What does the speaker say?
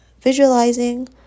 visualizing